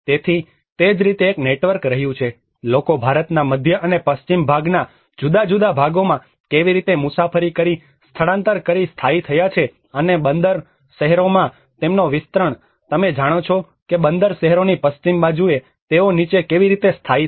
તેથી તે જ રીતે એક નેટવર્ક રહ્યું છે કે લોકો ભારતના મધ્ય અને પશ્ચિમ ભાગના જુદા જુદા ભાગોમાં કેવી રીતે મુસાફરી કરી સ્થળાંતર કરી સ્થાયી થયાં છે અને બંદર શહેરોમાં તેમનો વિસ્તરણ તમે જાણો છો કે બંદર શહેરોની પશ્ચિમ બાજુએ તેઓ નીચે કેવી રીતે સ્થાયી છે